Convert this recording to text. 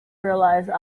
realized